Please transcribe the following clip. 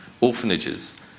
orphanages